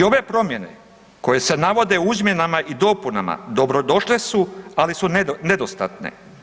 I ove promjene koje se navode u izmjenama i dopunama dobro došle su, ali su nedostatne.